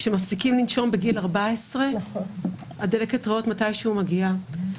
כשמפסיקים לנשום בגיל 14 דלקת הריאות מתישהו מגיעה.